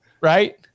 right